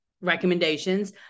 recommendations